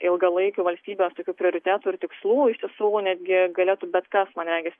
ilgalaikių valstybės tokių prioritetų ir tikslų iš tiesų netgi galėtų bet kas man regis